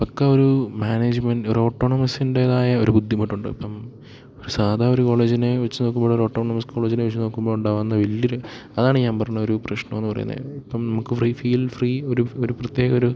പക്കാ ഒരു മാനേജ്മെന്റ് ഒരോട്ടോണോമസിൻറ്റേതായ ഒരു ബുദ്ധിമുട്ടുണ്ടിപ്പം ഒരു സാധാ ഒരു കോളേജിനെ വെച്ച് നോക്കുമ്പൊഴൊരോട്ടോണോമസ് കോളേജിനെ വെച്ച് നോക്കുമ്പോൾ ഉണ്ടാകുന്ന വലിയൊരു അതാണ് ഞാൻ പറഞ്ഞൊരു പ്രശ്നമെന്ന് പറയുന്നത് ഇപ്പം നമുക്ക് ഫ്രീ ഫീൽ ഫ്രീ ഒരു ഒരു പ്രത്യേകമൊരു